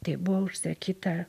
tai buvo užsakyta